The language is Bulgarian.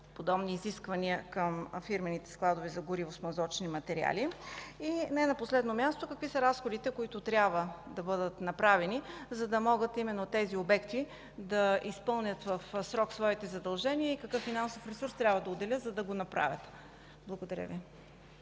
подобни изисквания към фирмените складове за гориво-смазочни материали? Не на последно място, какви са разходите, които трябва да бъдат направени, за да могат именно тези обекти да изпълнят в срок своите задължения и какъв финансов ресурс трябва да отделят, за да го направят? Благодаря.